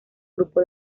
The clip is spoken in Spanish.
grupo